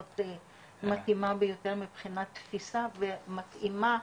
מתאימה ביותר מבחינת תפיסה ומתאימה,